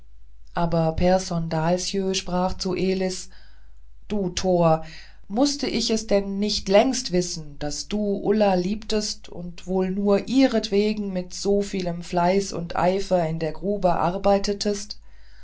aber pehrson dahlsjö sprach zu elis du tor mußte ich es denn nicht längst wissen daß du ulla liebtest und wohl nur ihretwegen mit so vielem fleiß und eifer in der grube arbeitetest